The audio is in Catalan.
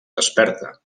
desperta